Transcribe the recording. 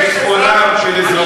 תגיד לי,